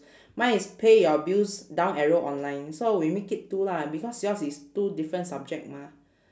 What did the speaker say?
mine is pay your bills down arrow online so we make it two lah because yours is two different subject mah